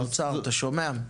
האוצר, אתה שומע?